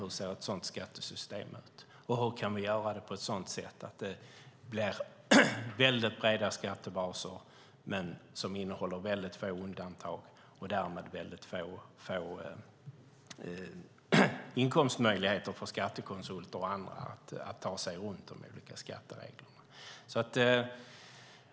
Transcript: Hur ser ett sådant skattesystem ut, och hur kan vi göra det på ett sådant sätt att det blir breda skattebaser som innehåller få undantag och därmed få inkomstmöjligheter för skattekonsulter och andra att ta sig runt de olika skattereglerna?